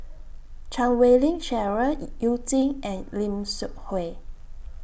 Chan Wei Ling Cheryl YOU Jin and Lim Seok Hui